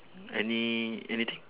any any thing